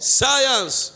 science